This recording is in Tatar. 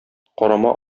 карама